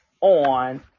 on